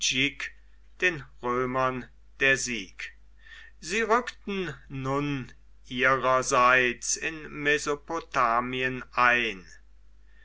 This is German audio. den römern der sieg sie rückten nun ihrerseits in mesopotamien ein